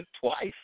Twice